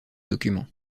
documents